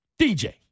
DJ